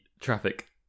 traffic